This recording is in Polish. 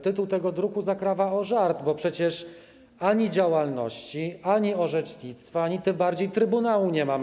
Tytuł tego druku zakrawa na żart, bo przecież ani działalności, ani orzecznictwa, ani tym bardziej trybunału nie mamy.